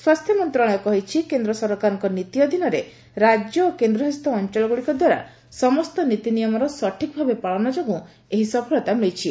ସ୍ୱାସ୍ଥ୍ୟ ମନ୍ତ୍ରଣାଳୟ କହିଛି କେନ୍ଦ୍ର ସରକାରଙ୍କ ନୀତି ଅଧୀନରେ ରାଜ୍ୟ ଓ କେନ୍ଦ୍ରଶାସିତ ଅଞ୍ଚଳଗୁଡ଼ିକ ଦ୍ୱାରା ସମସ୍ତ ନୀତି ନିୟମର ସଠିକ ଭାବେ ପାଳନ ଯୋଗୁଁ ଏହି ସଫଳତା ମିଳିଛି